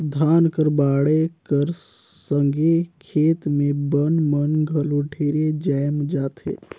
धान कर बाढ़े कर संघे खेत मे बन मन घलो ढेरे जाएम जाथे